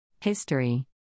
History